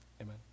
amen